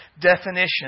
definition